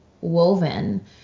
woven